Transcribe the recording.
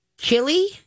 Chili